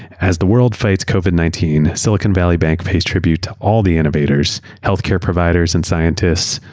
as the world fights covid nineteen, silicon valley bank pays tribute to all the innovators, healthcare providers, and scientists,